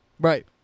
Right